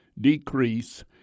decrease